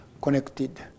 connected